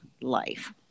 life